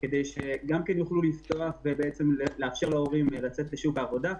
כדי שהן יוכלו לפתוח וכדי לאפשר להורים לצאת לשוק העבודה.